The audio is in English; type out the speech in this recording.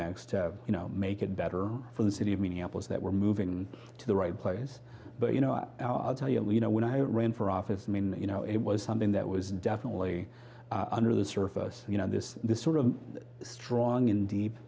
next you know make it better for the city of minneapolis that we're moving to the right place but you know i'll tell you you know when i ran for office i mean you know it was something that was definitely under the surface you know this this sort of strong and deep